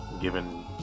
given